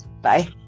bye